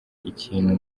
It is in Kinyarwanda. ikintu